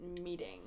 meeting